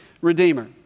redeemer